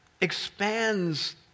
expands